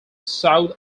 south